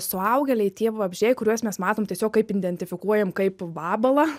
suaugėliai tie vabzdžiai kuriuos mes matom tiesiog kaip identifikuojam kaip vabalą